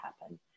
happen